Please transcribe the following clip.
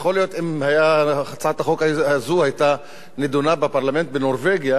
יכול להיות שאם הצעת החוק הזאת היתה נדונה בפרלמנט בנורבגיה,